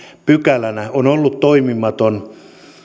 pykälänä on ollut toimimaton